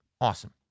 Awesome